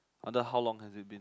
under how long has it been